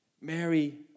Mary